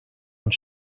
und